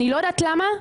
אני לא יודעת למה,